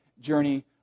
journey